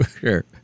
sure